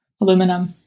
aluminum